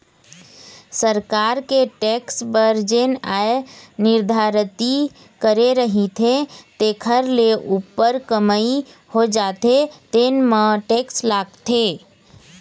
सरकार के टेक्स बर जेन आय निरधारति करे रहिथे तेखर ले उप्पर कमई हो जाथे तेन म टेक्स लागथे